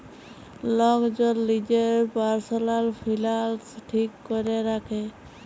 lock জল লিজের পারসলাল ফিলালস ঠিক ক্যরে রাখে